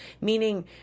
Meaning